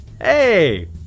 Hey